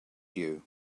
you